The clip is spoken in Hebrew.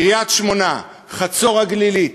קריית-שמונה, חצור-הגלילית,